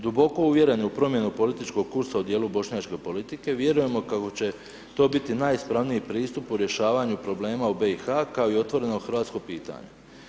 Duboko uvjereni u promjenu političkog ustava u dijelu bošnjačkog politike vjerujemo kako će to biti najispravniji pristup u rješavanju problema u BiH kao i otvoreno Hrvatsko pitanje.